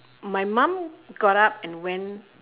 my mum got up and went